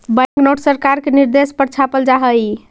bank note सरकार के निर्देश पर छापल जा हई